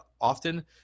often